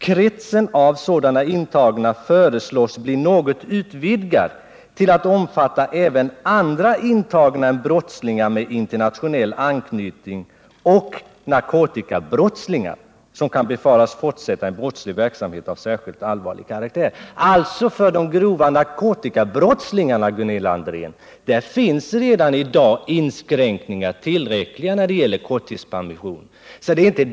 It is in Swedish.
Kretsen av sådana intagna föreslås bli något utvidgad till att omfatta även andra intagna än brottslingar med internationell anknytning och narkotikabrottslingar som kan befaras fortsätta en brottslig verksamhet av särskilt allvarlig karaktär.” För de grova narkotikabrottslingarna, Gunilla André, finns alltså redan i dag tillräckliga inskränkningar när det gäller korttidspermission.